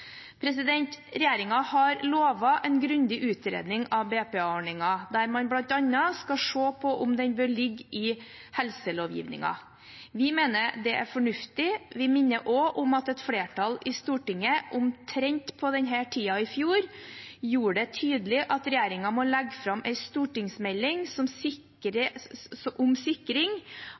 har lovet en grundig utredning av BPA-ordningen, der man bl.a. skal se på om den bør ligge under helselovgivningen. Vi mener det er fornuftig. Vi minner også om at et flertall i Stortinget omtrent på denne tiden i fjor gjorde det tydelig at regjeringen må legge fram en stortingsmelding om sikring av utviklingshemmedes rettigheter, der det legges vekt på å sikre at FN-konvensjonen om